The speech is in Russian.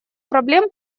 проблем